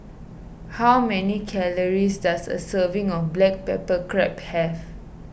how many calories does a serving of Black Pepper Crab have